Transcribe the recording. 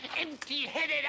empty-headed